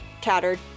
tattered